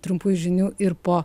trumpųjų žinių ir po